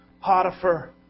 Potiphar